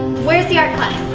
where's the art class?